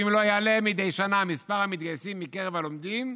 אם לא יעלה מדי שנה מספר המתגייסים מקרב הלומדים,